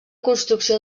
construcció